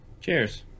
cheers